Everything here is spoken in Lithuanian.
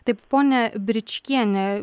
taip ponia bričkiene